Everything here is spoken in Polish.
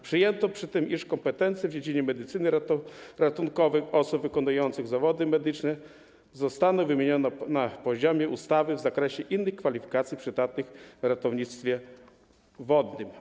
Przyjęto przy tym, iż kompetencje w dziedzinie medycyny ratunkowej osób wykonujących zawody medyczne zostaną wymienione na poziomie ustawy w zakresie innych kwalifikacji przydatnych w ratownictwie wodnym.